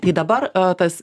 tai dabar tas